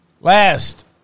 Last